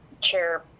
chair